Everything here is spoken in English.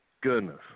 goodness